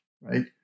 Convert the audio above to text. right